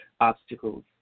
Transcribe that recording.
obstacles